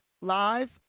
Live